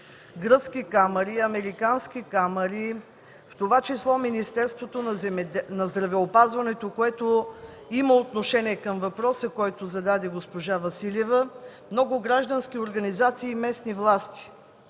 гръцки камари, американски камари, в това число Министерството на здравеопазването, което има отношение към въпроса, който зададе госпожа Василева, и много граждански организации и местни власти.